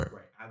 Right